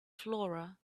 flora